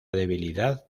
debilidad